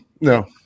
no